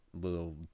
little